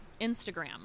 Instagram